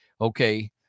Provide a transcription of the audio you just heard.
Okay